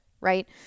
right